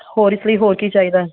ਹੋਰ ਇਸ ਲਈ ਹੋਰ ਕੀ ਚਾਹੀਦਾ